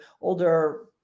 older